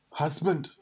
husband